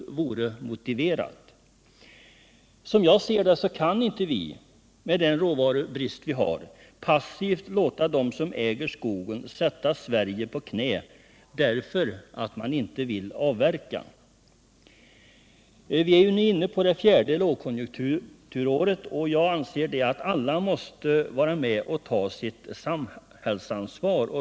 137 Som jag ser det kan vi med den råvarubrist vi har inte passivt låta dem som äger skogen få pressa Sverige ner på knä på grund av att de inte vill avverka. Vi är nu inne på det fjärde lågkonjunkturåret, och jag anser att alla måste vara med och ta sitt samhällsansvar.